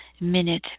minute